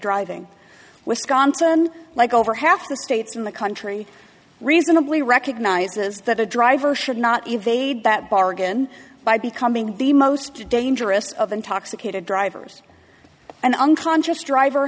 driving wisconsin like over half the states in the country reasonably recognizes that a driver should not evade that bargain by becoming the most dangerous of intoxicated drivers an unconscious driver